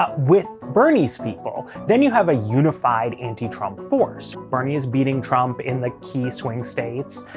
ah with bernie's people. then, you have a unified anti-trump force. bernie is beating trump in the key swing states.